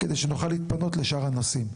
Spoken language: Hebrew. כדי שנוכל להתפנות לשאר הנושאים.